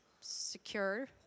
secure